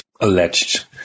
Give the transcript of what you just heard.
alleged